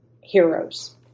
heroes